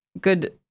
good